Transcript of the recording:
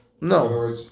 No